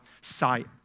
sight